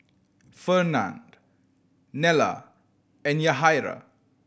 Fernand Nella and Yahaira